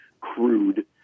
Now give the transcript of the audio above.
crude